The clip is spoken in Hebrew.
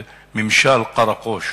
"ממשל קראקוש",